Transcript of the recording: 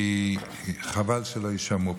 כי חבל שלא יישמעו,